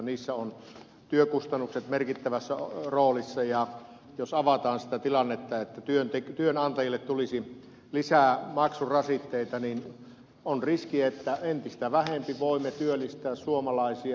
niissä on työkustannukset merkittävässä roolissa ja jos avataan sitä tilannetta että työnantajille tulisi lisää maksurasitteita niin on riski että entistä vähemmän voimme työllistää suomalaisia